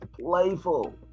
playful